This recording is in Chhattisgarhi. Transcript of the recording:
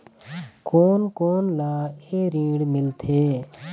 कोन कोन ला ये ऋण मिलथे?